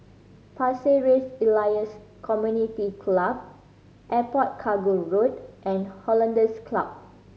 Pasir Ris Elias Community Club Airport Cargo Road and Hollandse Club